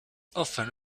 often